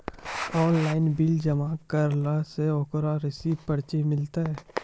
Online bill जमा करला से ओकरौ रिसीव पर्ची मिलतै?